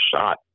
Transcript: shot